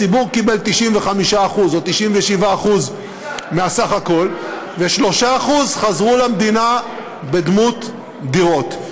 הציבור קיבל 95% או 97% מהסך הכול ו-3% חזרו למדינה בדמות דירות.